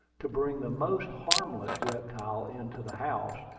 to bring the most harmless reptile into the house,